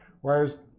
Whereas